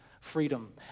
freedom